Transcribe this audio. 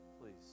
Please